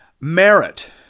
merit